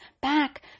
back